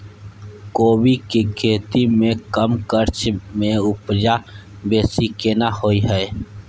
कोबी के खेती में कम खर्च में उपजा बेसी केना होय है?